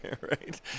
right